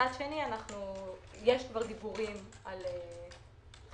מצד שני, יש דיבורים על חברות